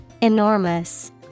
Enormous